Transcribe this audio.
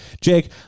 Jake